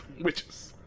Witches